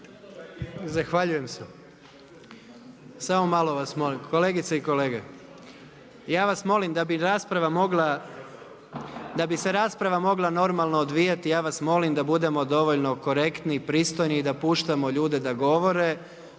Zahvaljujem se. Samo malo vas molim, kolegice i kolege, ja vas molim, da bi rasprava mogla, da bi se rasprava mogla normalno odvijati, ja vas molim da budemo dovoljno korektni, pristojni i da puštamo ljude da govore,